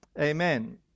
Amen